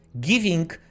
giving